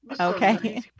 okay